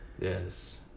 Yes